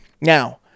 Now